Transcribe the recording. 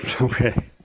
Okay